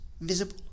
visible